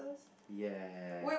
yes